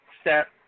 step